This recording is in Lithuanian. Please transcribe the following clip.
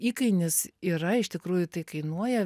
įkainis yra iš tikrųjų tai kainuoja